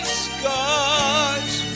scars